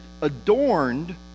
adorned